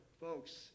folks